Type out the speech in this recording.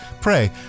Pray